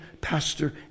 pastor